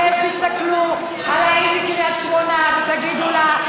אתם תסתכלו על ההיא מקריית שמונה ותגידו לה: